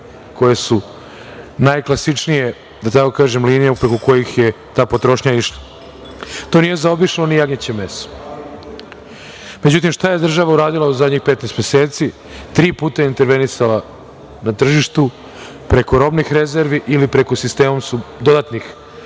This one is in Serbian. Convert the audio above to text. koja su najklasičnija, da tako kažem linija preko kojih je ta potrošnja išla. To nije zaobišlo ni jagnjeće meso. Međutim, šta je država uradila u zadnjih 15 meseci? Tri puta je intervenisala na tržištu preko robnih rezervi ili preko sistema su dodatne